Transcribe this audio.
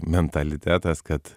mentalitetas kad